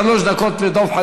שלוש דקות לדב חנין.